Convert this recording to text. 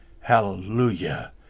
Hallelujah